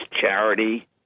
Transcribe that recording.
charity